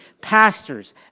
pastors